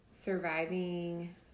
surviving